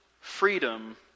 freedom